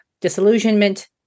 disillusionment